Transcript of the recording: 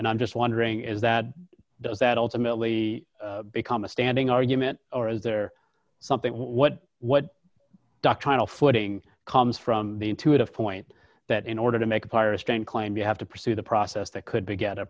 and i'm just wondering is that does that ultimately become a standing argument or is there something what what doctrinal footing comes from the intuitive point that in order to make a virus don't claim you have to pursue the process that could get